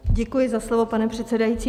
Děkuji za slovo, pane předsedající.